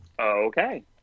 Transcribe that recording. okay